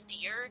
deer